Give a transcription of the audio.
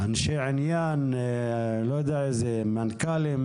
אני יודע שיש יישובים שעמדו בכל הדרישות שהיו צריכים לקיים,